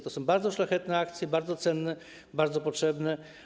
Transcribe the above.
To są bardzo szlachetnie akcje, bardzo cenne, bardzo potrzebne.